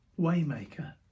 Waymaker